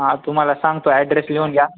हा तुम्हाला सांगतो ॲड्रेस लिहून घ्या